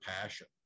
passion